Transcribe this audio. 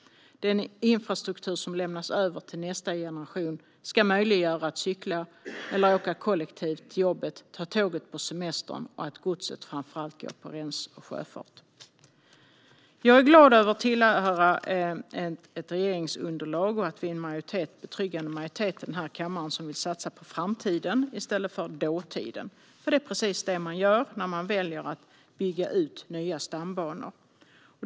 Den infrastruktur som lämnas över till nästa generation ska möjliggöra att cykla eller åka kollektivt till jobbet, att ta tåget på semestern samt att godset framför allt går på räls och med sjöfart. Jag är glad över att tillhöra ett regeringsunderlag och över att en betryggande majoritet i denna kammare vill satsa på framtiden i stället för på dåtiden. Det är nämligen precis det man gör när man väljer att bygga ut nya stambanor.